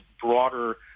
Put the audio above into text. broader